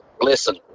listen